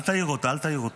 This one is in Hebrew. אל תעיר אותו, אל תעיר אותו.